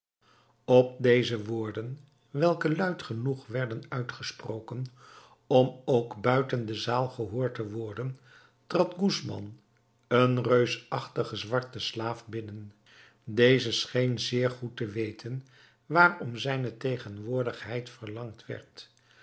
op deze woorden welke luid genoeg werden uitgesproken om ook buiten de zaal gehoord te worden trad gusban een reusachtige zwarte slaaf binnen deze scheen zeer goed te weten waarom zijne tegenwoordigheid verlangd werd